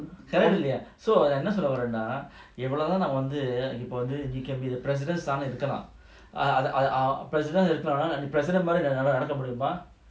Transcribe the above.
currently ah so என்னசொல்லவறேனாஎவ்ளோநான்வந்து:enna solla varena evlo nan vandhu you can be the president son and இருக்கலாம்:irukalam err err err president இருக்கலாம்ஆனா:irukalam ana president மாதிரிநடக்கமுடியுமா:madhiri nadaka mudiuma